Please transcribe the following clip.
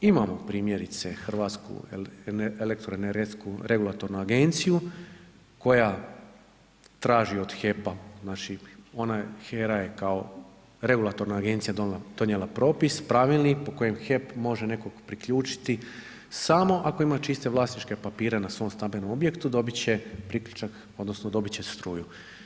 Imamo primjerice Hrvatsku elektroenergetsku regulatornu agenciju koja traži od HEP-a, znači HERA je kao regulatorna agencija donijela propis, pravilnik po kojem HEP može nekog priključiti samo ako ima čiste vlasničke papire na svom stambenom objektu dobiti će priključak, odnosno dobiti će struju.